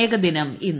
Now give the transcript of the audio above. ഏകദിനം ഇന്ന്